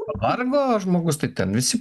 vargo žmogus tai ten visi